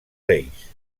reis